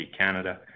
Canada